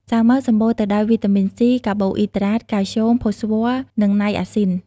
សាវម៉ាវ សម្បូរទៅដោយវីតាមីនសុី, កាបូអ៊ីដ្រាត កាល់ស្យូម ផូស្វ័រ និងណៃអាស៊ីន។